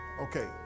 Okay